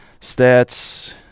stats